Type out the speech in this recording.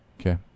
Okay